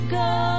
go